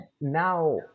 Now